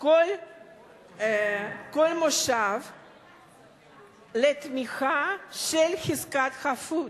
כל מושב לתמיכה בחזקת החפות,